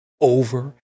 over